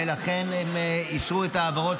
ולכן הם אישרו את ההעברות